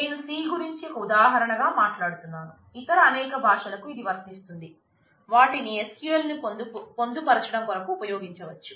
నేను C గురించి ఒక ఉదాహరణగా మాట్లాడుతున్నాను ఇతర అనేక భాషలకు ఇది వర్తిస్తుంది వాటిని SQL ని పొందుపరచడం కొరకు ఉపయోగించవచ్చు